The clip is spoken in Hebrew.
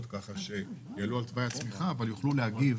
ככה שיעלו על תוואי הצמיחה ויוכלו להגיב